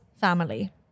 family